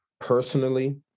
Personally